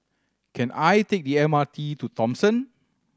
can I take the M R T to Thomson